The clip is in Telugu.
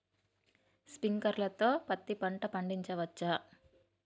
స్ప్రింక్లర్ తో పత్తి పంట పండించవచ్చా?